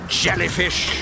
jellyfish